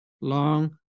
long